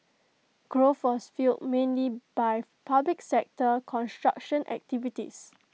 growth was fuelled mainly by public sector construction activities